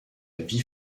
vie